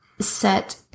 set